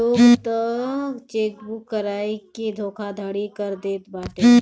लोग तअ चेकबुक चोराई के धोखाधड़ी कर देत बाटे